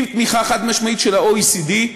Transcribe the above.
עם תמיכה חד-משמעית של ה-OECD,